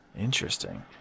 Interesting